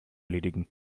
erledigen